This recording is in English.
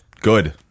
good